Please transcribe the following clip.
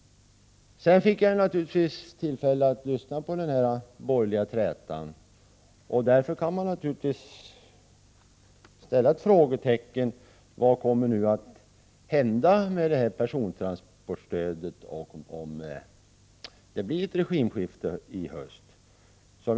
Jag fick naturligtvis tillfälle att lyssna till den borgerliga trätan, vilket ger anledning att ställa frågan: Vad kommer att hända med persontransportstödet om det blir ett regimskifte i höst?